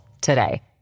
today